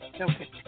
Okay